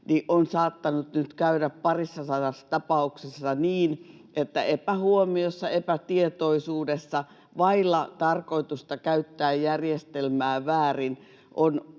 on saattanut nyt käydä parissa sadassa tapauksessa niin, että epähuomiossa, epätietoisuudessa, vailla tarkoitusta käyttää järjestelmää väärin. On